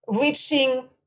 reaching